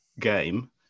game